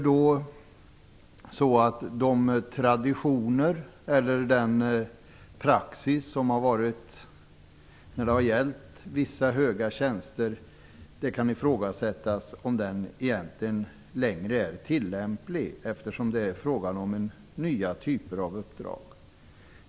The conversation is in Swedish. De traditioner eller den praxis som gällt för vissa höga tjänster är kanske inte längre tillämplig eftersom det är fråga om nya typer av uppdrag.